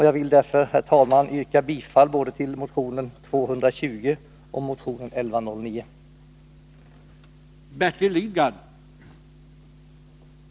Jag vill därför, herr talman, yrka bifall till både motionen 220 och motionen 1109.